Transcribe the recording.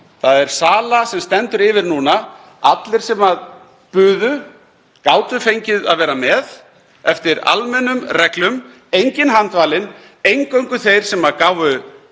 Það er sala sem stendur yfir núna. Allir sem buðu gátu fengið að vera með eftir almennum reglum, enginn handvalinn, eingöngu þeir sem gáfu